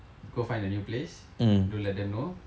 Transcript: go find a new place don't let them know